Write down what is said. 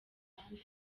uganda